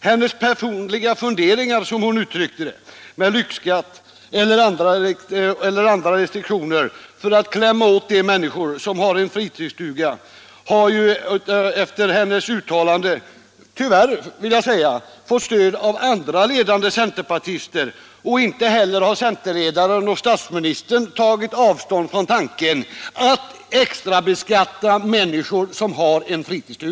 Hennes personliga funderingar, som hon utryckte sig, om lyxskatt eller andra restriktioner för att klämma åt de människor som har en fritidsstuga, har efter hennes uttalande tyvärr fått stöd av andra ledande centerpartister. Inte heller har centerledaren och statsministern tagit avstånd från tanken att extrabeskatta människor som har en fritidsstuga.